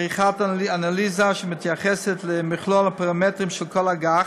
עריכת אנליזה שמתייחסת למכלול הפרמטרים של כל אג"ח,